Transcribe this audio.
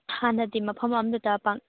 ꯍꯥꯟꯅꯗꯤ ꯃꯐꯝ ꯑꯃꯗꯇ ꯄꯥꯡ